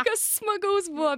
kas smagaus buvo